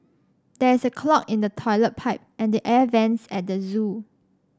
there is a clog in the toilet pipe and the air vents at the zoo